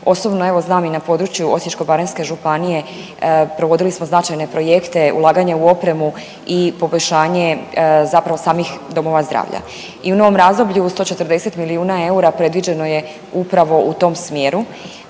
Osobno evo znam i na području Osječko-baranjske županije, provodili smo značajne projekte, ulaganje u opremu i poboljšanje zapravo samih domova zdravlja. I u novom razdoblju, 140 milijuna eura predviđeno je upravo u tom smjeru,